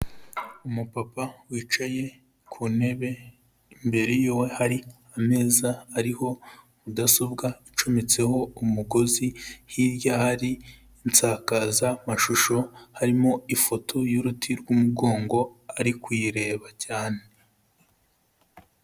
Umupapa wicaye ku ntebe imbere yiwe hari ameza ariho mudasobwa icometseho umugozi, hirya hari insakazamashusho harimo ifoto y'uruti rw'umugongo, ari kuyireba cyane.